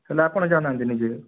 ତାହାଲେ ଆପଣ ଯାଉନାହାନ୍ତି ନିଜେ